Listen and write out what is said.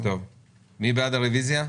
מי בעד הרביזיה?